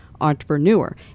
entrepreneur